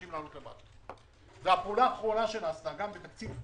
היא לטובת הרחבת משטחי ההדלקה.